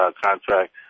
contract